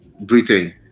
britain